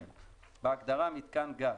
בהגדרה "מיתקן גז",